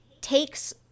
takes